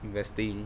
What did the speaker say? investing